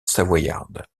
savoyarde